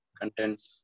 contents